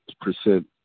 percent